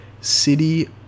City